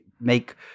make